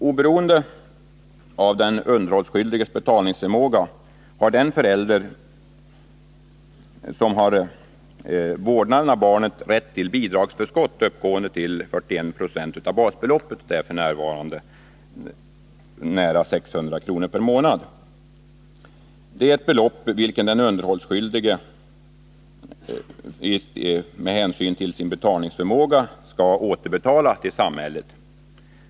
Oberoende av den underhållsskyldiges betalningsförmåga har den förälder som har vårdnaden av barnet rätt till bidragsförskott, uppgående till 41 20 av basbeloppet, f. n. nära 600 kr. per månad. Det är ett belopp vilket den underhållsskyldige med hänsyn till sin betalningsförmåga skall återbetala till samhället.